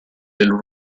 del